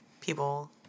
people